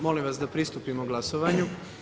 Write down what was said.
Molim vas da pristupimo glasovanju.